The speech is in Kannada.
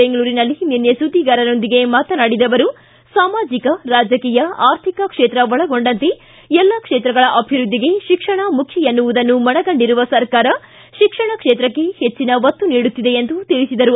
ಬೆಂಗಳೂರಿನಲ್ಲಿ ನಿನ್ನೆ ಸುದ್ದಿಗಾರರೊಂದಿಗೆ ಮಾತನಾಡಿದ ಅವರು ಸಾಮಾಜಿಕ ರಾಜಕೀಯ ಆರ್ಥಿಕ ಕ್ಷೇತ್ರ ಒಳಗೊಂಡಂತೆ ಎಲ್ಲ ಕ್ಷೇತ್ರಗಳ ಅಭಿವೃದ್ಧಿಗೆ ಶಿಕ್ಷಣ ಮುಖ್ಯ ಎನ್ನುವುದನ್ನು ಮನಗಂಡಿರುವ ಸರ್ಕಾರ ಶಿಕ್ಷಣ ಕ್ಷೇತ್ರಕ್ಕೆ ಹೆಚ್ಚಿನ ಒತ್ತು ನೀಡುತ್ತಿದೆ ಎಂದು ತಿಳಿಸಿದರು